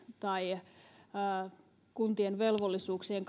tai kuntien velvollisuuksien